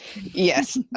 yes